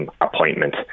appointment